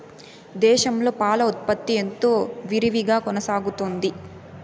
దేశంలో పాల ఉత్పత్తి ఎంతో విరివిగా కొనసాగుతోంది